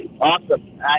Awesome